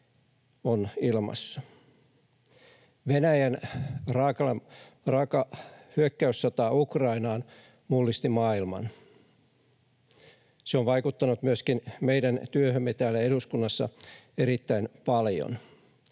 on ilmassa. Venäjän raaka hyökkäyssota Ukrainaan mullisti maailman. Se on vaikuttanut myöskin meidän työhömme täällä eduskunnassa erittäin paljon,